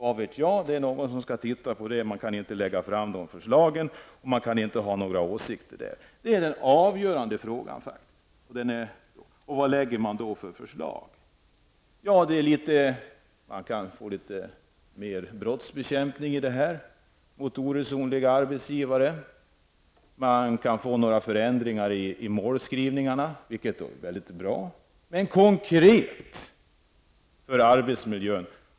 Någon skall titta på dessa frågor, och man kan inte lägga fram förslagen och ha några åsikter. Det är den avgörande frågan. Vilka förslag läggs då fram? Det skulle kunna bli litet mera av brottsbekämpning mot oresonliga arbetsgivare. Man skulle kunna göra några förändringar i målskrivningen, vilket är bra. Detta har dock ringa värde konkret för arbetsmiljön.